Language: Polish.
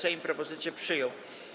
Sejm propozycję przyjął.